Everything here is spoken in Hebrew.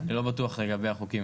אני לא בטוח לגבי החוקים,